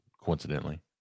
coincidentally